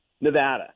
nevada